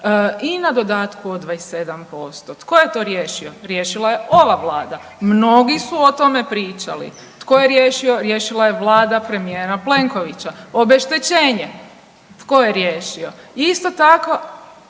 i na dodatku od 27%. Tko je to riješio? Riješila je ova vlada. Mnogi su o tome pričali. Tko je riješio? Riješila je vlada premijera Plenkovića. Obeštećenje tko je riješio? Isto tako,